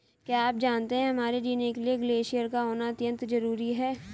क्या आप जानते है हमारे जीने के लिए ग्लेश्यिर का होना अत्यंत ज़रूरी है?